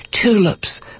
tulips